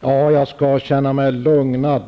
Herr talman! Jag skall känna mig lugnad,